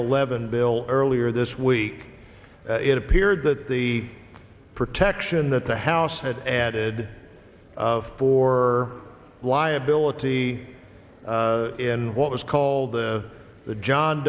eleven bill earlier this week it appeared that the protection that the house had added for liability in what was called the the john